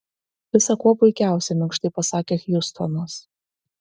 visa kuo puikiausia minkštai pasakė hjustonas